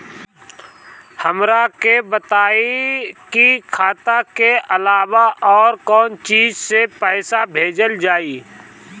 हमरा के बताई की खाता के अलावा और कौन चीज से पइसा भेजल जाई?